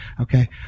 Okay